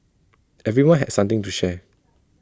everyone had something to share